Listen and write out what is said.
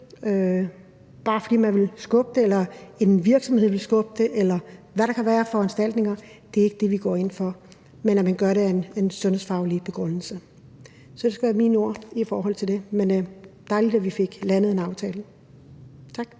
bare fordi man vil skubbe det eller en virksomhed vil skubbe det, eller hvad der kan være af foranstaltninger, ikke er det, vi går ind for, men at man gør det med en sundhedsfaglig begrundelse. Så det skal være mine ord i forhold til det. Men det var dejligt, at vi fik landet en aftale. Tak.